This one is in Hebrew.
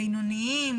בינוניים,